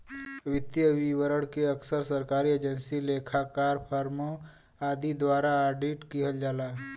वित्तीय विवरण के अक्सर सरकारी एजेंसी, लेखाकार, फर्मों आदि द्वारा ऑडिट किहल जाला